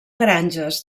granges